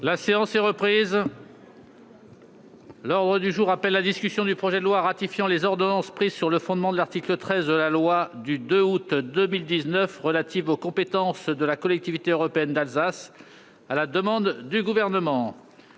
La séance est reprise. L'ordre du jour appelle la discussion du projet de loi ratifiant les ordonnances prises sur le fondement de l'article 13 de la loi n° 2019-816 du 2 août 2019 relatives aux compétences de la Collectivité européenne d'Alsace (projet